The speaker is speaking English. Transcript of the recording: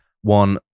one